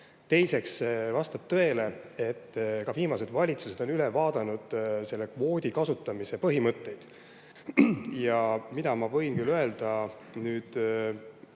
Teiseks, vastab tõele, et viimased valitsused on üle vaadanud selle kvoodi kasutamise põhimõtteid. Ja seda ma võin küll kui